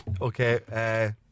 Okay